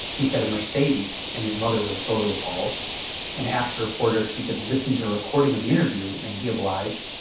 he said a mercedes. and his mother was totally appalled and asked the reporter if she could listen to a recording of the interview and he obliged.